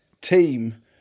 team